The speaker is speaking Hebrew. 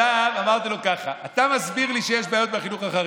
אמרתי לו ככה: אתה מסביר לי שיש בעיות בחינוך החרדי.